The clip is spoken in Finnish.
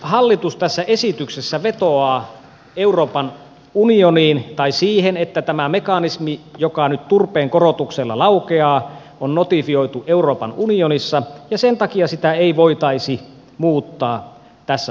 hallitus tässä esityksessä vetoaa euroopan unioniin tai siihen että tämä mekanismi joka nyt turpeen korotuksella laukeaa on notifioitu euroopan unionissa ja sen takia sitä ei voitaisi muuttaa tässä vaiheessa